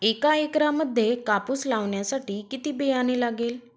एका एकरामध्ये कापूस लावण्यासाठी किती बियाणे लागेल?